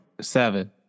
Seven